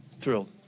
thrilled